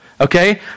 Okay